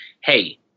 Hey